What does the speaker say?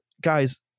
guys